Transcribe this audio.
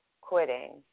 quitting